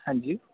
ਹਾਂਜੀ